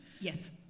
Yes